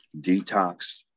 detox